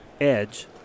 edge